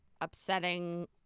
upsetting